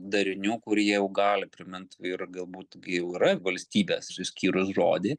darinių kurie jau gali primint ir galbūt gi jau yra valstybės išskyrus žodį